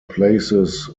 places